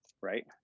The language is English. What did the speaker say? Right